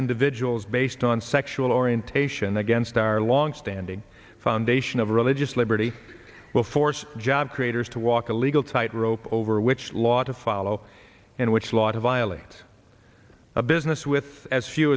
individuals based on sexual orientation against our longstanding foundation of religious liberty will force job creators to walk a legal tight rope over which law to follow and which lot of violates a business with as few